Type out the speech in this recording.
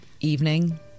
evening